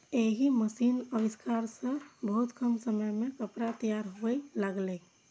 एहि मशीनक आविष्कार सं बहुत कम समय मे कपड़ा तैयार हुअय लागलै